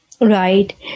right